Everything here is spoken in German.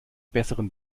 besseren